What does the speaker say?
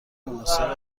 مناسب